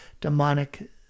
demonic